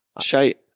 shite